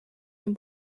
him